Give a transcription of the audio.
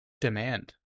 demand